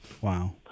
Wow